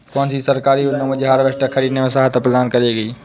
कौन सी सरकारी योजना मुझे हार्वेस्टर ख़रीदने में सहायता प्रदान करेगी?